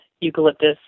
eucalyptus